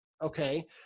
Okay